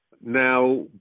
Now